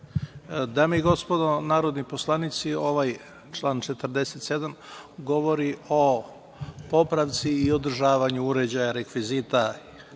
Dame i gospodo narodni poslanici, ovaj član 47. govori o popravci i održavanju uređaja, rekvizita